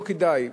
לא כדאי,